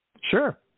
Sure